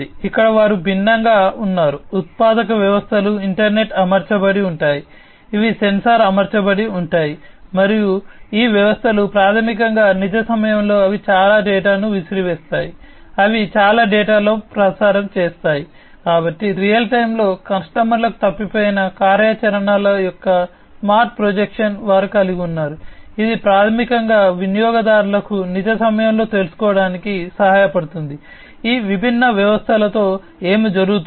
ఇక్కడ వారు భిన్నంగా ఉన్నారు ఉత్పాదక వ్యవస్థలు ఇంటర్నెట్ అమర్చబడి వారు కలిగి ఉన్నారు ఇది ప్రాథమికంగా వినియోగదారులకు నిజ సమయంలో తెలుసుకోవటానికి సహాయపడుతుంది ఈ విభిన్న వ్యవస్థలతో ఏమి జరుగుతుందో